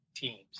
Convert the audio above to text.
teams